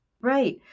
Right